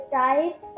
type